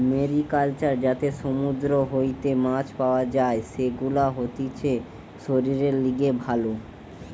mariculture যাতে সমুদ্র হইতে মাছ পাওয়া যাই, সেগুলা হতিছে শরীরের লিগে ভালো